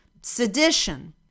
sedition